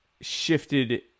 shifted